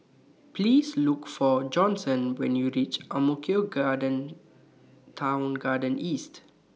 Please Look For Johnson when YOU REACH Ang Mo Kio Garden Town Garden East